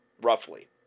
roughly